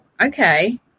okay